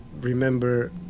remember